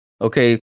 okay